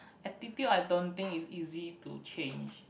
attitude I don't think is easy to change